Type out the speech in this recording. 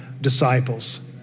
disciples